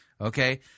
Okay